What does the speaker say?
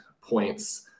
points